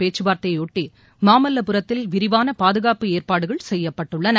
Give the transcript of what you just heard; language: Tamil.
பேச்சுவார்த்தையையொட்டி மாமல்லபுரத்தில் விரிவான பாதுகாப்பு ஏற்பாடுகள் செய்யப்பட்டுள்ளன